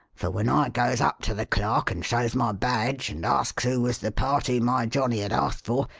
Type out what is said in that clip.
for when i goes up to the clerk and shows my badge and asks who was the party my johnnie had asked for,